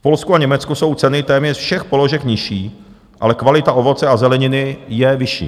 V Polsku a Německu jsou ceny téměř všech položek nižší, ale kvalita ovoce a zeleniny je vyšší.